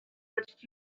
touched